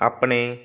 ਆਪਣੇ